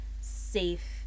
safe